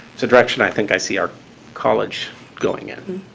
it's a direction i think i see our college going in.